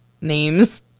names